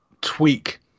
tweak